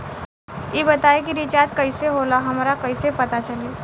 ई बताई कि रिचार्ज कइसे होला हमरा कइसे पता चली?